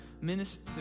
minister